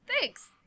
thanks